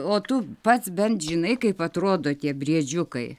o tu pats bent žinai kaip atrodo tie briedžiukai